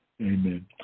Amen